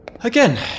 Again